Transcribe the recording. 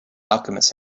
alchemist